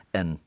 en